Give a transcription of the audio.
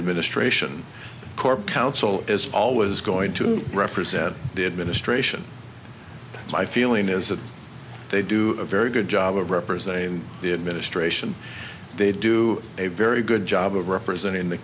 administration corp counsel is always going to represent the administration my feeling is that they do a very good job of representing the administration they do a very good job of representing the